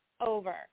over